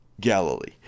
Galilee